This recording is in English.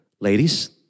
Ladies